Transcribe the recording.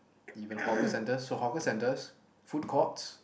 even hawker centres so hawker centres food courts